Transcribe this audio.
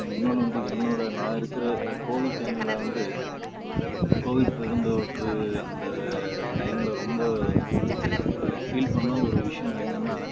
இன்னொன்று வந்து என்னோட நான் இருக்கிற இந்த கோவிட் டைமில் வந்து கோவிட் பெருந்தொற்று அந்த டைமில் ரொம்ப ஃபீல் பண்ண ஒரு விஷயம் என்னென்னா